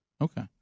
Okay